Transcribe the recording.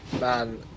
man